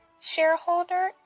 shareholder